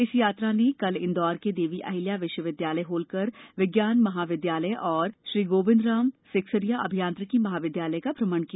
इस यात्रा ने कल इंदौर के देवी अहिल्या विश्वविद्यालय होलकर विज्ञान महाविद्यालय और श्री गोविंदराम सेकसरिया अभियांत्रिक महाविद्यालय का भ्रमण किया